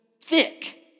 thick